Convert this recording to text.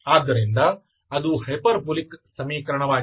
ಆದ್ದರಿಂದ ಅದು ಹೈಪರ್ಬೋಲಿಕ್ ಸಮೀಕರಣವಾಗಿದೆ